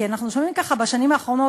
כי אנחנו שומעים בשנים האחרונות,